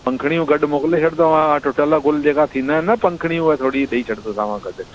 पंखड़ियूं गॾु मोकिले छॾदोमाव टूटल ग़ुल जेका थींदा आहिनि न पंखुड़ियूं हूअ थोरी ॾेई छॾदोसाव गॾु